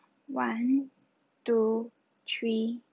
one two three